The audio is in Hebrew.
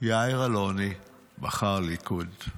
יאיר אלוני בחר ליכוד.